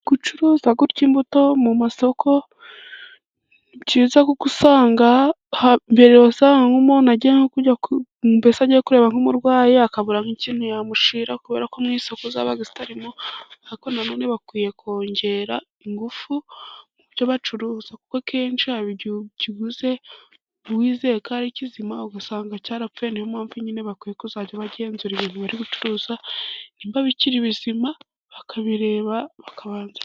Gucuruza gutya imbuto mu masoko ni byiza kuko usanga mbere umuntu ajya mbese ajya kureba nk'umurwayi akaburamo' ikintu yamushira kubera ko mu isoko zaba zitarimo aba none bakwiye kongera ingufu mu byo bacuruza kuko akenshi haba igihe ukiguze wizeye ko ari kizima, ugasanga cyarapfuye. Ni uo mpamvu nyine bakwiye kuzajya bagenzura ibintu bari gucuruza imba bikiri bizima, bakabireba bakabanza..